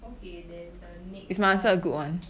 okay then the next one